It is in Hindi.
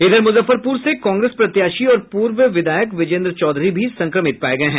इधर मुजफ्फरपुर से कांग्रेस प्रत्याशी और पूर्व विधायक विजेन्द्र चौधरी भी संक्रमित पाये गये हैं